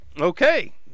Okay